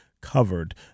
covered